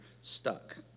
stuck